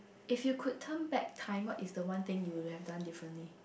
if you could turn back time what is the one thing you will have done differently